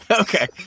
Okay